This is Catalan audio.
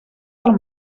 del